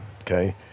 okay